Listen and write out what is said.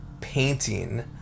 painting